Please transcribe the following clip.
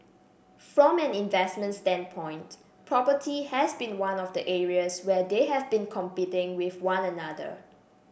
from an investment standpoint property has been one of the areas where they have been competing with one another